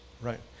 right